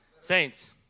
Saints